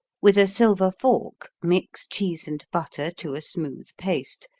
with a silver fork mix cheese and butter to a smooth paste,